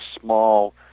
small